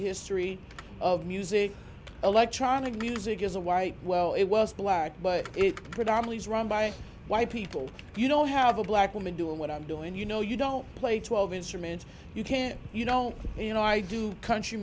history of music electronic music is a white well it was black but it predominately is run by white people you know how the black woman doing what i'm doing you know you don't play twelve instruments you can't you know you know i do country